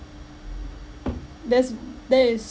that's that is